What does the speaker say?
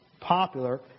popular